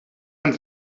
hunt